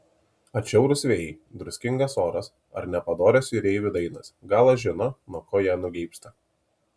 atšiaurūs vėjai druskingas oras ar nepadorios jūreivių dainos galas žino nuo ko jie nugeibsta